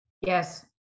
yes